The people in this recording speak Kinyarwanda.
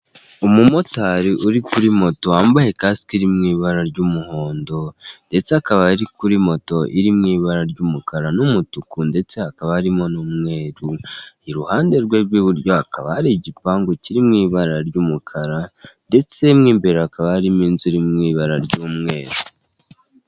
Umumotari uri kuri moto wambaye kasike iri mu ibara ry'umuhondo ndetse akaba ari kuri moto iri mu ibara ry'umukara n'umutuku ndetse hakaba harimo n'umweru, iruhande rwe rw'iburyo hakaba hari igipangu kiri mu ibara ry'umukara ndetse mu imbere hakaba harimo inzu iri mui ibara ry'umweru.